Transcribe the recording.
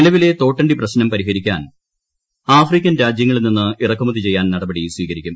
നിലവിലെ തോട്ടണ്ടി പ്രശ്നം പരിഹരിക്കാൻ ആഫ്രിക്കൻ രാജ്യങ്ങളിൽ നിന്ന് ഇറക്കുമതി ചെയ്യാൻ നടപടി സ്വീകരിക്കും